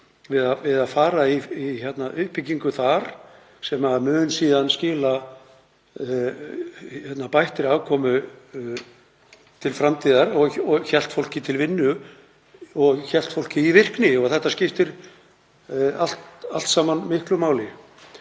við að fara í uppbyggingu, sem mun skila bættri afkomu til framtíðar og hélt fólki í vinnu og hélt fólki í virkni. Þetta skiptir allt saman miklu máli.